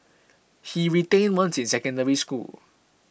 he retained once in Secondary School